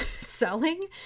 selling